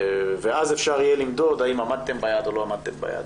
ואז אפשר יהיה למדוד האם עמדתם ביעד או לא עמדתם ביעד.